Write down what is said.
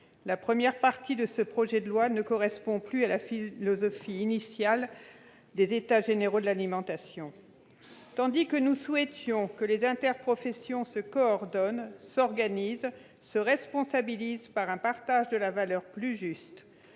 Sa première partie ne correspond plus à la philosophie initiale des États généraux de l'alimentation. Tandis que nous souhaitions que les interprofessions se coordonnent, s'organisent et se responsabilisent pour un partage de la valeur plus juste,